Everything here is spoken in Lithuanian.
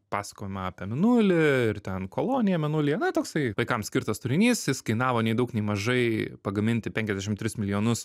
pasakojama apie mėnulį ir ten koloniją mėnulyje na toksai vaikams skirtas turinys jis kainavo nei daug nei mažai pagaminti penkiasdešimt tris milijonus